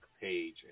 page